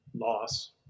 Loss